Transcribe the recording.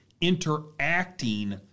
interacting